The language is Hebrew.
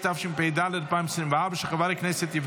התשפ"ד 2024, לא אושרה,